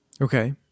Okay